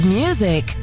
music